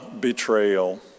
betrayal